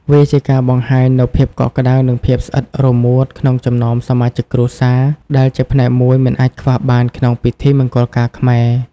វាជាការបង្ហាញនូវភាពកក់ក្តៅ និងភាពស្អិតរមួតក្នុងចំណោមសមាជិកគ្រួសារ ដែលជាផ្នែកមួយមិនអាចខ្វះបានក្នុងពិធីមង្គលការខ្មែរ។